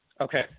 Okay